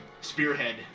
Spearhead